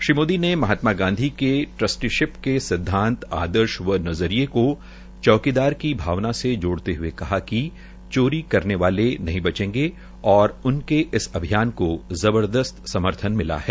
श्री मोदी ने महात्मा गांधी के ट्रस्टी के सिदवात आदर्श व नजरिये को चौकीदार की भावना से जोड़ने हये कहा कि चोरी करने वाले नहीं बचेंगे और उनके इस अभियान को जबरदस्त समर्थन मिला है